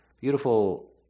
Beautiful